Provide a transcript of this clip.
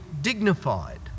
dignified